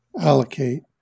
allocate